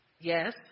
Yes